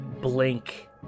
blink